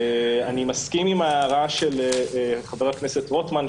אני מסכים עם ההערה של חבר הכנסת רוטמן,